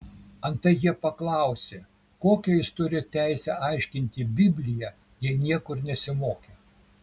antai jie paklausė kokią jis turi teisę aiškinti bibliją jei niekur nesimokė